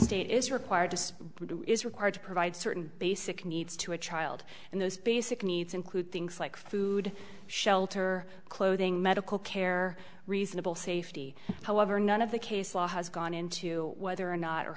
state is required as is required to provide certain basic needs to a child and those basic needs include things like food shelter clothing medical care reasonable safety however none of the case law has gone into whether or not or